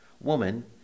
Woman